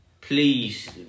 please